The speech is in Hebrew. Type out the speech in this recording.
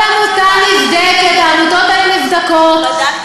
כל עמותה נבדקת, העמותות האלה נבדקות, בדקתם אותן?